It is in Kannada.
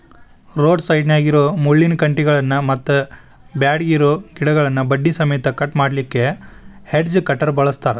ರೋಡ್ ಸೈಡ್ನ್ಯಾಗಿರೋ ಮುಳ್ಳಿನ ಕಂಟಿಗಳನ್ನ ಮತ್ತ್ ಬ್ಯಾಡಗಿರೋ ಗಿಡಗಳನ್ನ ಬಡ್ಡಿ ಸಮೇತ ಕಟ್ ಮಾಡ್ಲಿಕ್ಕೆ ಹೆಡ್ಜ್ ಕಟರ್ ಬಳಸ್ತಾರ